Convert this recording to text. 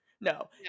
No